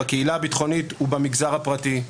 בקהילה הביטחונית ובמגזר הפרטי.